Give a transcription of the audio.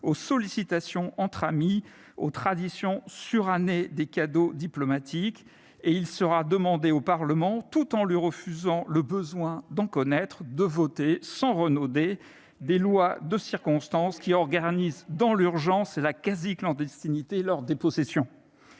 aux sollicitations entre amis, aux traditions surannées des cadeaux diplomatiques, et il sera demandé au Parlement, tout en lui refusant le besoin d'en connaître, de voter sans renauder des lois de circonstance organisant dans l'urgence et la quasi-clandestinité leur dépossession.